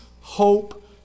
hope